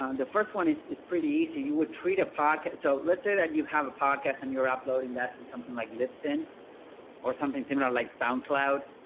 um the first one is is pretty easy you would treat a pocket so let's say that you have a podcast and you're uploading that to something like lipson or something similar like soundcloud,